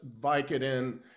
Vicodin